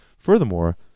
Furthermore